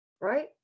Right